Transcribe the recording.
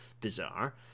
bizarre